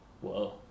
Whoa